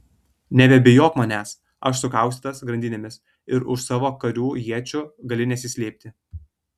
nebebijok manęs aš sukaustytas grandinėmis ir už savo karių iečių gali nesislėpti